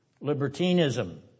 libertinism